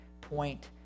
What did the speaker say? point